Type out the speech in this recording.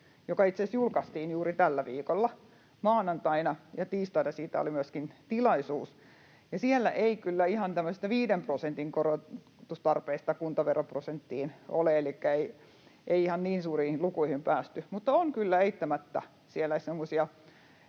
julkaistiin juuri tällä viikolla maanantaina, ja tiistaina siitä oli myöskin tilaisuus. Siellä ei kyllä ihan tämmöistä 5 prosentin korotustarvetta kuntaveroprosenttiin ollut, elikkä ei ihan niin suuriin lukuihin päästy. Mutta on siellä kyllä eittämättä semmoista,